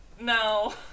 No